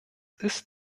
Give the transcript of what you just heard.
ist